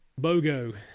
Bogo